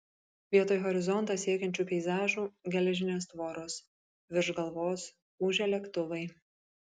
vietoj horizontą siekiančių peizažų geležinės tvoros virš galvos ūžia lėktuvai